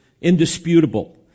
indisputable